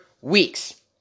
weeks